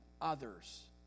others